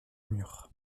mur